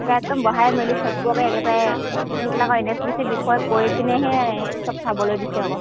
তেতিয়া একদম বহাই মেলি চবকে একেবাৰে সেইবিলাকৰ এন এছ পি চি বিষয় কৈ পিনেহে চব চাবলৈ দিছে আকৌ